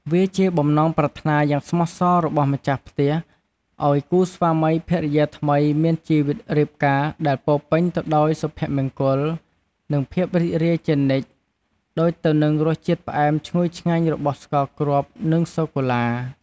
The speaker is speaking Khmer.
វាជាបំណងប្រាថ្នាយ៉ាងស្មោះសររបស់ម្ចាស់ផ្ទះ ឲ្យគូស្វាមីភរិយាថ្មីមានជីវិតរៀបការដែលពោរពេញទៅដោយសុភមង្គល និងភាពរីករាយជានិច្ច ដូចទៅនឹងរសជាតិផ្អែមឈ្ងុយឆ្ងាញ់របស់ស្ករគ្រាប់ និងសូកូឡា។